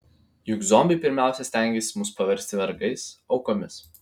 juk zombiai pirmiausia stengiasi mus paversti vergais aukomis